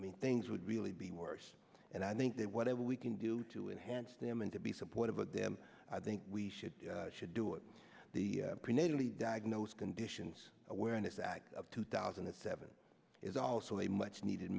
mean things would really be worse and i think that whatever we can do to enhance them and to be supportive of them i think we should should do it the prenatally diagnosed conditions awareness act of two thousand and seven is also a much needed